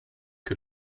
que